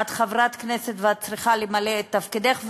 את חברת כנסת ואת צריכה למלא את תפקידך,